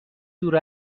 دور